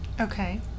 Okay